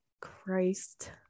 Christ